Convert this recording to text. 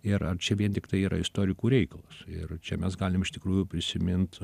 ir ar čia vien tiktai yra istorikų reikalas ir čia mes galim iš tikrųjų prisimint